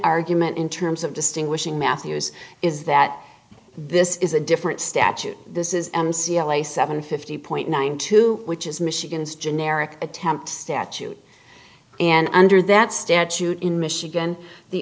argument in terms of distinguishing matthews is that this is a different statute this is m c l a seven fifty point nine two which is michigan's generic attempt statute and under that statute in michigan the